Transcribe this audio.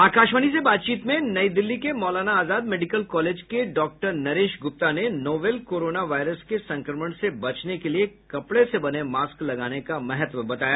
आकाशवाणी से बातचीत में नई दिल्ली के मौलाना आजाद मेडिकल कॉलेज के डॉक्टर नरेश गुप्ता ने नोवेल कोरोना वायरस के संक्रमण से बचने के लिए कपड़े से बने मास्क लगाने का महत्व बताया